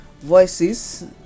voices